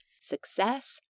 Success